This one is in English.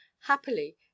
happily